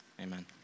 Amen